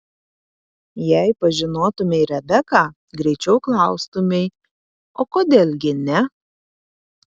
jei pažinotumei rebeką greičiau klaustumei o kodėl gi ne